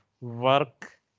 work